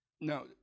Now